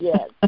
Yes